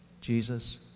Jesus